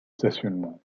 stationnement